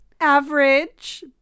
average